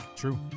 True